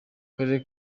karere